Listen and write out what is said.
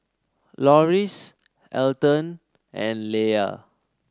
Loris Elton and Leia